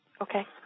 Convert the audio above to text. Okay